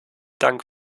dank